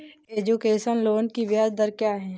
Education loan की ब्याज दर क्या है?